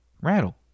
rattle